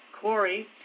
Corey